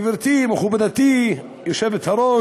גברתי, מכובדתי היושבת-ראש,